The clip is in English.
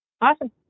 Awesome